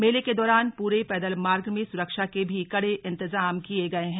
मेले के दौरान पूरे पैदल मार्ग में सुरक्षा के भी कडे इंतेजाम किए गए है